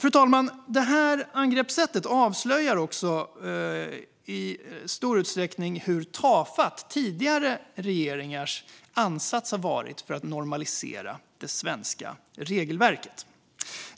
Fru talman! Det här angreppssättet avslöjar också i stor utsträckning hur tafatt tidigare regeringars ansats har varit för att normalisera det svenska regelverket.